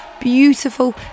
Beautiful